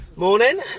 Morning